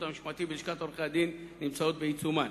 המשמעתי בלשכת עורכי-הדין נמצאות בעיצומן.